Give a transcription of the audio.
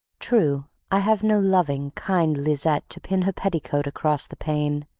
true, i have no loving, kind lisette to pin her petticoat across the pane,